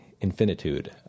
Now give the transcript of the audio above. infinitude